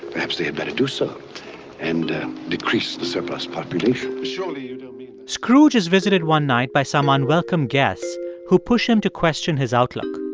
perhaps they had better do so and decrease the surplus population surely you don't mean. scrooge is visited one night by some unwelcome guests who push him to question his outlook.